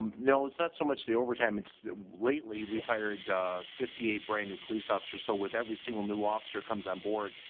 um no, it's not so much the overtime. it's lately we fired a fifty eight brand new police officers. so with every single new officer comes on board,